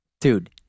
Dude